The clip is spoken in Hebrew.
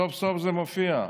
סוף-סוף זה מופיע.